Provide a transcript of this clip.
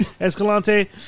Escalante